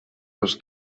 was